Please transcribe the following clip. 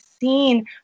Seen